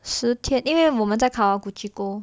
十天因为我们在 kawaguchiko